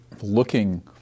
looking